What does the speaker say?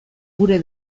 gure